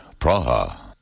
Praha